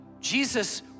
Jesus